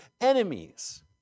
enemies